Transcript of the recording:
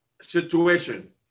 situation